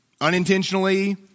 unintentionally